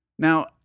Now